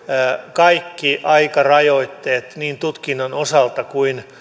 kaikki aikarajoitteet niin tutkinnan osalta kuin